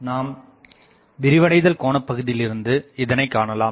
நாம் விரிவடைதல் கோனப்பகுதியில் இருந்து இதனை காணலாம்